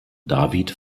david